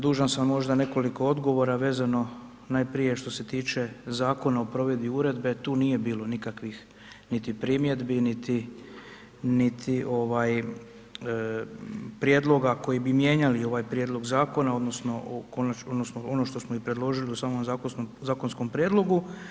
Dužan sam možda nekoliko odgovora vezano najprije što se tiče Zakona o provedbi uredbe, tu nije bilo nikakvih niti primjedbi niti prijedloga koji bi mijenjali ovaj prijedlog zakona, odnosno ono što smo i predložili u samom zakonskom prijedlogu.